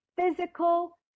physical